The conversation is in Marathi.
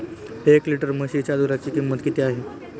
एक लिटर म्हशीच्या दुधाची किंमत किती आहे?